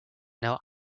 now